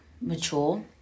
mature